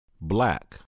black